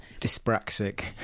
dyspraxic